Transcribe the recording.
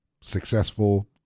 successful